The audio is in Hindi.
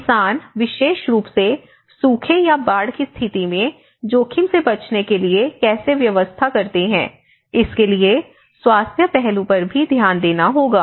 किसान विशेष रूप से सूखे या बाढ़ की स्थिति में जोखिम से बचने के लिए कैसे व्यवस्था करते हैं इसके लिए स्वास्थ्य पहलू पर भी ध्यान देना होगा